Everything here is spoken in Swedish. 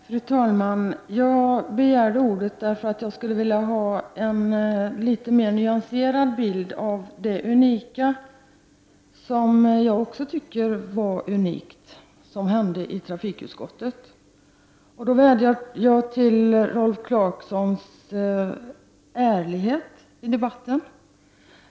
Fru talman! Jag begärde ordet för att be Rolf Clarkson ge oss en litet mera nyanserad bild av det som hände i trafikutskottet och som också jag tycker var unikt. Jag vädjar till Rolf Clarkson att vara ärlig i debatten.